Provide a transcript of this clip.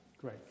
Great